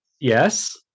Yes